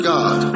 God